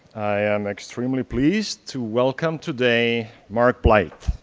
i am extremely pleased to welcome today mark blyth.